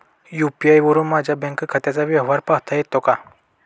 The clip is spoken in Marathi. यू.पी.आय वरुन माझ्या बँक खात्याचा व्यवहार पाहता येतो का?